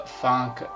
funk